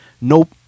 Nope